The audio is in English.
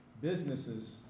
businesses